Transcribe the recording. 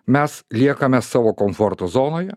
mes liekame savo komforto zonoje